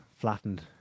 flattened